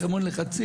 יש המון לחצים,